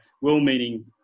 well-meaning